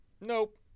nope